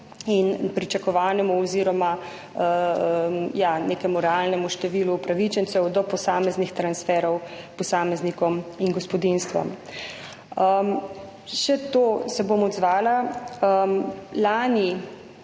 in pričakovanemu oziroma nekemu realnemu številu upravičencev do posameznih transferov posameznikom in gospodinjstvom. Še na to se bom odzvala. Zakaj